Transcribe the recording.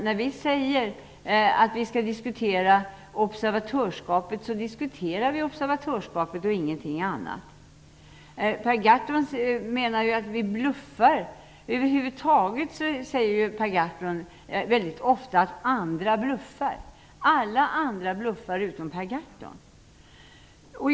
När vi säger att vi skall diskutera observatörskapet diskuterar vi observatörskapet och ingenting annat. Per Gahrton menar att vi bluffar. Över huvud taget säger Per Gahrton väldigt ofta att andra bluffar. Alla andra bluffar utom Per Gahrton.